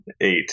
Eight